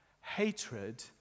Hatred